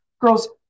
Girls